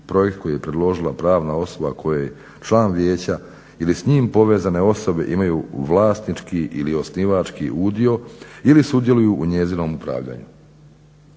projekt koji je predložila pravna osoba koja je član vijeća ili s njim povezane osobe imaju vlasnički ili osnivački udio ili sudjeluju u njezinom upravljanju.